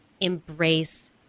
embrace